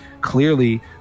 clearly